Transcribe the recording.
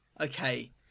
Okay